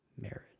Marriage